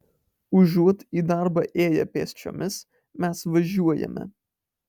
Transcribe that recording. užuot į darbą ėję pėsčiomis mes važiuojame